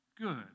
good